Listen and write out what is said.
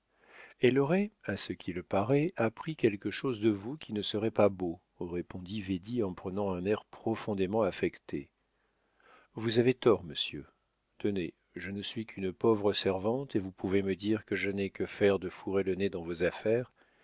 elle aurait à ce qu'il paraît appris quelque chose de vous qui ne serait pas beau répondit védie en prenant un air profondément affecté vous avez tort monsieur tenez je ne suis qu'une pauvre servante et vous pouvez me dire que je n'ai que faire de fourrer le nez dans vos affaires